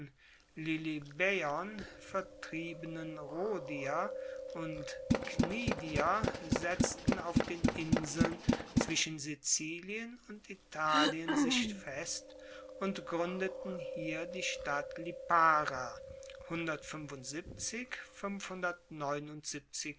lilybaeon vertriebenen rhodier und knidier setzten auf den inseln zwischen sizilien und italien sich fest und gruendeten hier die stadt lipara